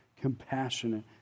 compassionate